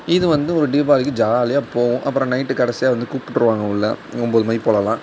இது வந்து ஒரு தீபாவளிக்கு ஜாலியாக போகும் அப்பறம் நைட்டு கடைசியாக வந்து கூப்பிட்டுருவாங்க உள்ளே ஒன்போது மணி போலெலாம்